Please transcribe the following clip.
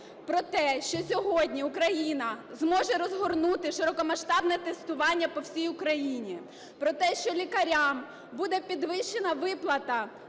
про те, що сьогодні Україна зможе розгорнути широкомасштабне тестування по всій Україні; про те, що лікарям буде підвищена виплата